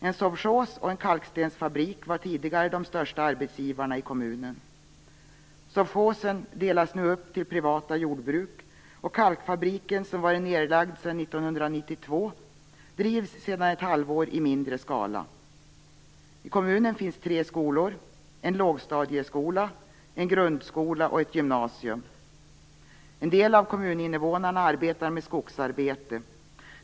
En sovchos och en kalkstensfabrik var tidigare de största arbetsgivarna i kommunen. Sovchosen delas nu upp till privata jordbruk, och kalkfabriken, som varit nedlagd sedan 1992, drivs sedan ett halvår i mindre skala. I kommunen finns tre skolor, en lågstadieskola, en grundskola och ett gymnasium. En del av kommuninvånarna arbetar med skogsarbete.